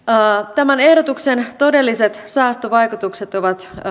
tämän ehdotuksen todelliset säästövaikutukset ovat